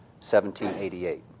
1788